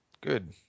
Good